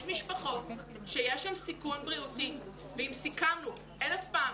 משפחות שיש שם סיכון בריאותי ואם סיכמנו אלף פעמים,